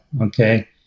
Okay